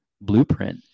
blueprint